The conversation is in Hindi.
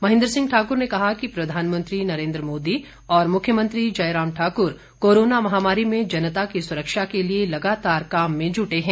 महेन्द्र सिंह ठाकुर ने कहा कि प्रधानमंत्री नरेन्द्र मोदी और मुख्यमंत्री जयराम ठाकुर कोरोना महामारी में जनता की सुरक्षा के लिए लगातार काम में जुटे हैं